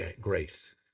grace